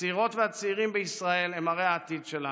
הצעירות והצעירים בישראל הם הרי העתיד שלנו,